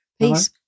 Peace